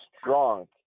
strong